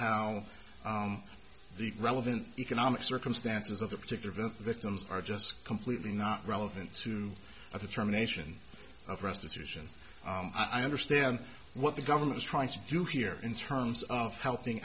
how the relevant economic circumstances of the particular event victims are just completely not relevant to a determination of restitution i understand what the government is trying to do here in terms of helping